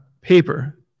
paper